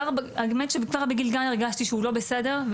האמת כבר בגיל גן הרגשתי שהוא לא בסדר,